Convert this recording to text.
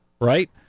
Right